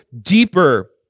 deeper